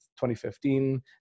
2015